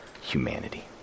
humanity